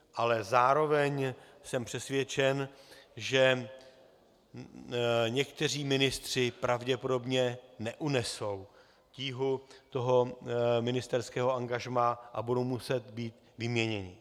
Ale zároveň jsem přesvědčen, že někteří ministři pravděpodobně neunesou tíhu toho ministerského angažmá a budou muset být vyměněni.